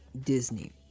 Disney